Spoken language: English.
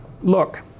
look